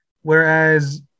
Whereas